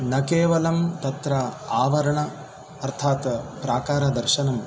न केवलं तत्र आवरण अर्थात् प्राकरदर्शनं